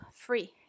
free